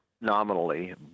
nominally